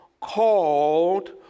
called